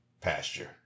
pasture